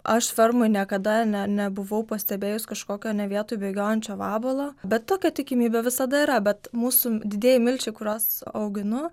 aš fermoj niekada ne nebuvau pastebėjus kažkokio ne vietoj bėgiojančio vabalo bet tokia tikimybė visada yra bet mūsų didieji milčiai kuriuos auginu